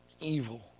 evil